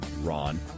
Ron